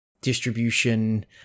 distribution